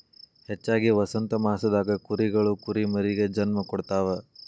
ಹೆಚ್ಚಾಗಿ ವಸಂತಮಾಸದಾಗ ಕುರಿಗಳು ಕುರಿಮರಿಗೆ ಜನ್ಮ ಕೊಡ್ತಾವ